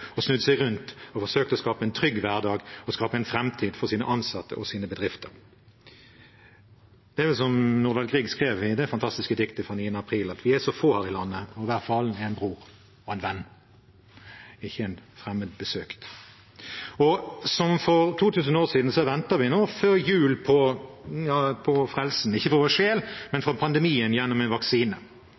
seg rundt og forsøkt å skape en trygg hverdag og en framtid for sine ansatte og sine bedrifter. Det er som Nordahl Grieg skrev i det fantastiske diktet fra aprildagene 1940: «Vi er så få her i landet, hver fallen er bror og venn» – ikke en fremmed man har besøkt. Som for 2000 år siden venter vi nå, før jul, på frelsen, ikke for vår sjel, men for pandemien, gjennom en vaksine.